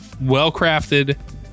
well-crafted